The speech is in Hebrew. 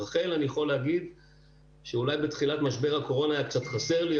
לכן אני יכול להגיד שאולי בתחילת משבר הקורונה היה קצת חסר לי,